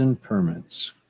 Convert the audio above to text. permits